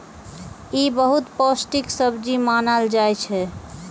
ई बहुत पौष्टिक सब्जी मानल जाइ छै